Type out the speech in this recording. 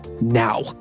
now